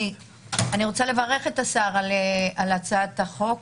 אני רוצה לברך את השר על הצעת החוק.